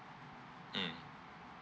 mm